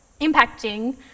impacting